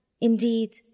indeed